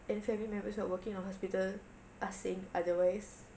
and family members who are working on hospital are saying otherwise